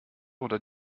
oder